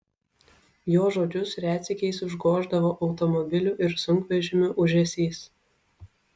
jo žodžius retsykiais užgoždavo automobilių ir sunkvežimių ūžesys